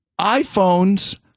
iphones